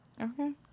Okay